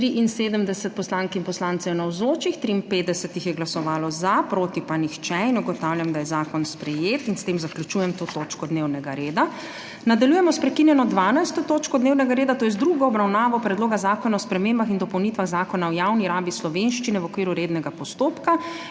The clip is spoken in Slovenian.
je glasovalo za, proti pa nihče. (Za je glasovalo 53.) (Proti nihče.) Ugotavljam, da je zakon sprejet. S tem zaključujem to točko dnevnega reda. Nadaljujemo s prekinjeno 12. točko dnevnega reda, to je z drugo obravnavo Predloga zakona o spremembah in dopolnitvah Zakona o javni rabi slovenščine v okviru rednega postopka.